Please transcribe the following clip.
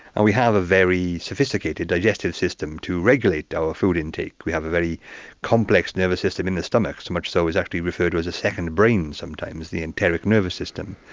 and we have a very sophisticated digestive system to regulate our food intake. we have a very complex nervous system in the stomach, so much so it's actually referred to as a second brain sometimes, the enteric nervous system.